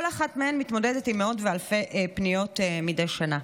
כל אחת מהן מתמודדת עם מאות ואלפי פניות מדי שנה.